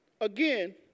Again